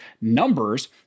numbers